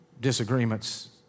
disagreements